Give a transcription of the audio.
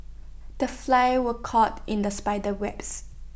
the fly was caught in the spider webs